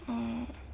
oh